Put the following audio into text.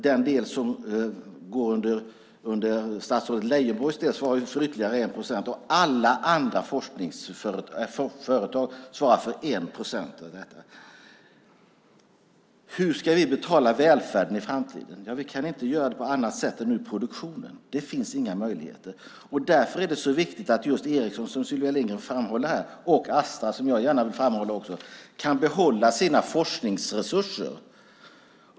Den del som går under statsrådet Leijonborgs del svarar för ytterligare 1 procent och alla andra forskningsföretag svarar för 1 procent. Hur ska vi betala välfärden i framtiden? Vi kan inte göra det på annat sätt än ur produktionen. Det finns inga möjligheter. Därför är det så viktigt att just Ericsson, som Sylvia Lindgren framhåller, och Astra, som jag gärna vill framhålla, kan behålla sina forskningsresurser.